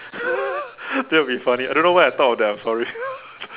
that would be funny I don't know why I thought of that I'm sorry